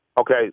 Okay